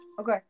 Okay